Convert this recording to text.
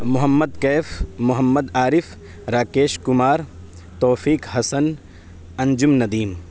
Muhammad Kaif Mohammad Arif Rakesh Kumar Taufiq Hasan Anjum Nadeem